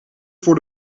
voor